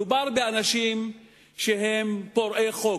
מדובר באנשים שהם פורעי חוק.